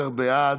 עשרה בעד,